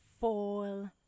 Fall